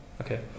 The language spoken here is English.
Okay